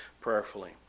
prayerfully